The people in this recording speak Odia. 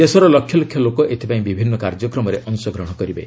ଦେଶର ଲକ୍ଷ ଲକ୍ଷ ଲୋକ ଏଥିପାଇଁ ବିଭିନ୍ନ କାର୍ଯ୍ୟକ୍ରମରେ ଅଂଶଗ୍ରହଣ କରିବେ